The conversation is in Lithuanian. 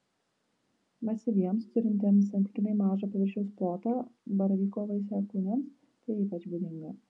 masyviems turintiems santykinai mažą paviršiaus plotą baravyko vaisiakūniams tai ypač būdinga